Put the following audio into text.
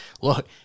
look